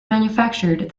manufactured